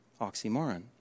oxymoron